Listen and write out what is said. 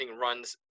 runs